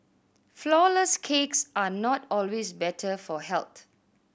flourless cakes are not always better for health